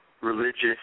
religious